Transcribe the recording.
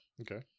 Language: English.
Okay